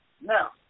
Now